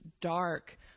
dark